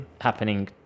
happening